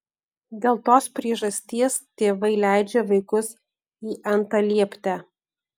dėl tos priežasties tėvai leidžia vaikus į antalieptę